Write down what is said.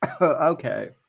Okay